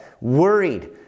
worried